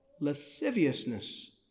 lasciviousness